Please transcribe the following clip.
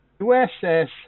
USS